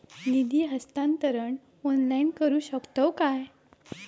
निधी हस्तांतरण ऑनलाइन करू शकतव काय?